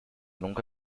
nunca